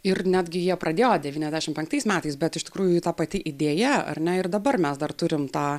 ir netgi jie pradėjo devyniasdešim penktais metais bet iš tikrųjų ta pati idėja ar ne ir dabar mes dar turim tą